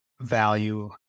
value